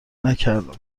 نکردم